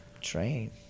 train